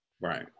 Right